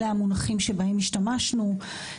אלה המונחים שבהם השתמשנו.